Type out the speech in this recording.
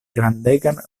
grandegan